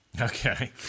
Okay